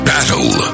Battle